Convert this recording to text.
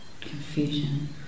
confusion